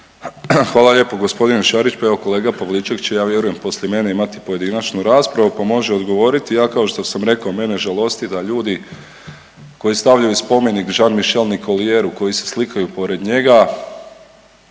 Hvala lijepo g. Šarić. Pa evo, kolega Pavliček će, ja vjerujem, poslije mene imati pojedinačnu raspravu pa može odgovoriti. Ja kao što sam rekao, mene žalosti da ljudi koji stavljaju spomenik Jean-Michel Nicolieru, koji se slikaju pored njega